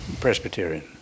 Presbyterian